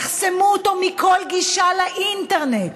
יחסמו אותו מכל גישה לאינטרנט.